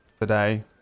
today